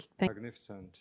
Magnificent